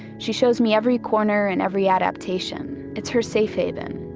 she shows me every corner and every adaptation. it's her safe haven.